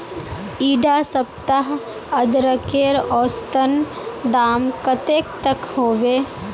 इडा सप्ताह अदरकेर औसतन दाम कतेक तक होबे?